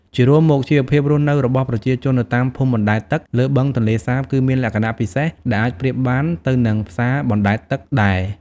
ជារួមមក ជីវភាពរស់នៅរបស់ប្រជាជននៅតាមភូមិបណ្ដែតទឹកលើបឹងទន្លេសាបគឺមានលក្ខណៈពិសេសដែលអាចប្រៀបបានទៅនឹងផ្សារបណ្ដែតទឹកដែរ។